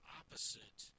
opposite